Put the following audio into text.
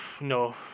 no